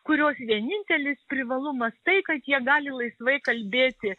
kurios vienintelis privalumas tai kad jie gali laisvai kalbėti